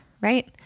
right